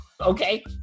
Okay